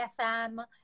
fm